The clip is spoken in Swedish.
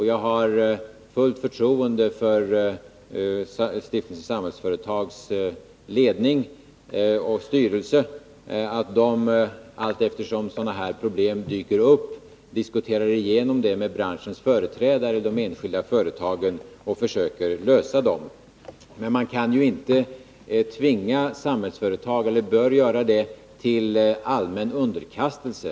Jag har fullt förtroende för att Stiftelsen Samhällsföretags ledning och styrelse allteftersom sådana här problem dyker upp diskuterar igenom dem med branschens företrädare och de enskilda företagen och försöker lösa dem. Men man kan inte, och bör inte, tvinga Samhällsföretag till allmän underkastelse.